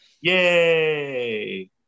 Yay